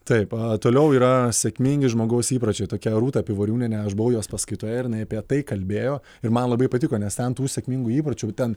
taip toliau yra sėkmingi žmogaus įpročiai tokia rūta pivoriūnienė aš buvau jos paskaitoje ir jinai apie tai kalbėjo ir man labai patiko nes ten tų sėkmingų įvarčių ten